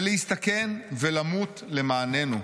ולהסתכן, ולמות למעננו.